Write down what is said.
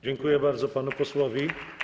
Dziękuję bardzo panu posłowi.